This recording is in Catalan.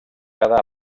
cada